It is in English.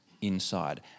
inside